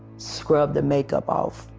scrub the makeup off.